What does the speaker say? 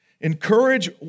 encourage